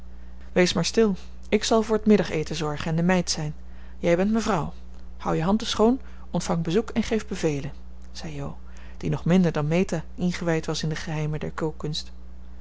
wees maar stil ik zal voor het middageten zorgen en de meid zijn jij bent mevrouw houd je handen schoon ontvang bezoek en geef bevelen zei jo die nog minder dan meta ingewijd was in de geheimen der